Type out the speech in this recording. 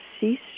cease